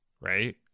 right